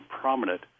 prominent